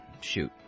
Shoot